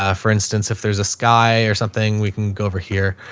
ah for instance if there's a sky or something, we can go over here.